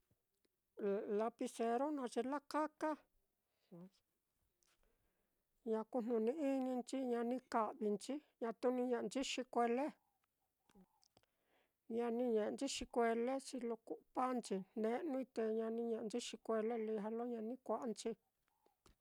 La-lapicero naá ye lakaka, ña kuu jnuni-ininchi, ña ni ka'vinchi, ñatu ni ñe'enchi xikuele, ña ni ñe'enchi xikuele xilo ku'u paánchi, jne'nui te ña ni ñe'enchi xikuele, li ja lo ña ni kua'anchi.